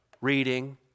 reading